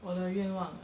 我的愿望 ah